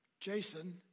Jason